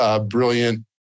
brilliant